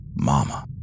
mama